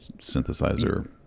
synthesizer